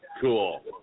Cool